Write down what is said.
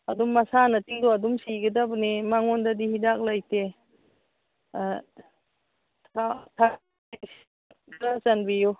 ꯑꯗꯨꯝ ꯃꯁꯥꯅ ꯇꯤꯟꯗꯣ ꯑꯗꯨꯝ ꯁꯤꯒꯗꯕꯅꯦ ꯃꯉꯣꯟꯗꯗꯤ ꯍꯤꯗꯥꯛ ꯂꯩꯇꯦ ꯆꯟꯕꯤꯌꯨ